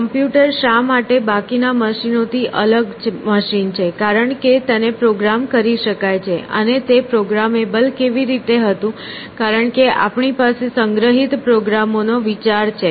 computer શા માટે બાકીના મશીનોથી અલગ મશીન છે કારણ કે તેને પ્રોગ્રામ કરી શકાય છે અને તે પ્રોગ્રામેબલ કેવી રીતે હતું કારણ કે આપણી પાસે સંગ્રહિત પ્રોગ્રામ નો આ વિચાર છે